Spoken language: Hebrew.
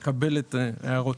אני מקבל את ההערות.